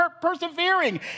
persevering